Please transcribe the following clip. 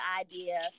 idea